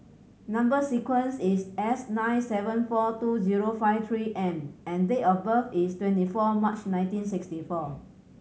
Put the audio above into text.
number sequence is S nine seven four two zero five Three M and date of birth is twenty four March nineteen sixty four